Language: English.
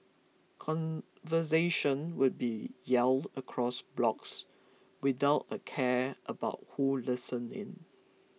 conversations would be yelled across blocks without a care about who listened in